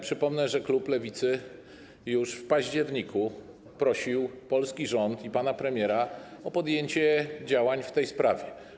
Przypomnę, że klub Lewicy już w październiku prosił polski rząd i pana premiera o podjęcie działań w tej sprawie.